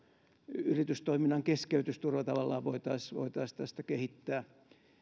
yritystoiminnan keskeytysturva voitaisiin voitaisiin tästä kehittää